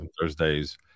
Thursdays